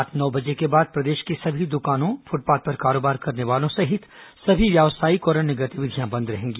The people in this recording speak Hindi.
रात नौ बजे के बाद प्रदेश की सभी दुकानों फुटपाथ पर कारोबार करने वालों सहित सभी व्यावसायिक और अन्य गतिविधियां बंद रहेंगी